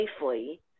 safely